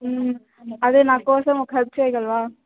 అదే నాకోసం ఒక హెల్ప్ చేయగలవా